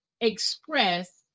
express